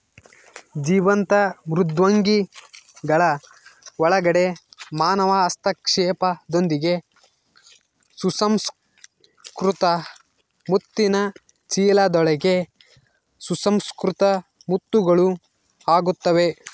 ಜೀವಂತ ಮೃದ್ವಂಗಿಗಳ ಒಳಗಡೆ ಮಾನವ ಹಸ್ತಕ್ಷೇಪದೊಂದಿಗೆ ಸುಸಂಸ್ಕೃತ ಮುತ್ತಿನ ಚೀಲದೊಳಗೆ ಸುಸಂಸ್ಕೃತ ಮುತ್ತುಗಳು ಆಗುತ್ತವೆ